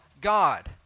God